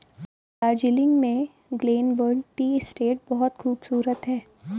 दार्जिलिंग में Glenburn tea estate बहुत खूबसूरत है